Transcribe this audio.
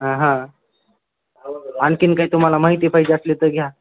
हां हां आणखी काही तुम्हाला माहिती पाहिजे असली तर घ्या